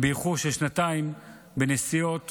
באיחור של שנתיים בנסיעות